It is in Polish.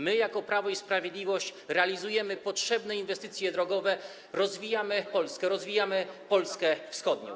My jako Prawo i Sprawiedliwość realizujemy potrzebne inwestycje drogowe, rozwijamy Polskę, rozwijamy Polskę wschodnią.